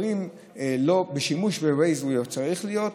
בשימוש ב-Waze צריך להיות,